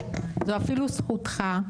זו אפילו זכותך,